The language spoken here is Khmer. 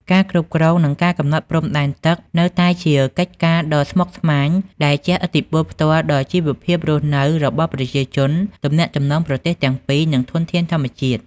ការគ្រប់គ្រង និងការកំណត់ព្រំដែនទឹកនៅតែជាកិច្ចការដ៏ស្មុគស្មាញ ដែលជះឥទ្ធិពលផ្ទាល់ដល់ជីវភាពរស់នៅរបស់ប្រជាជន ទំនាក់ទំនងប្រទេសទាំងពីរ និងធនធានធម្មជាតិ។